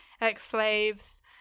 ex-slaves